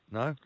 no